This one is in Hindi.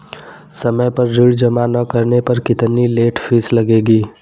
समय पर ऋण जमा न करने पर कितनी लेट फीस लगेगी?